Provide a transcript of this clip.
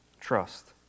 trust